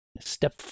Step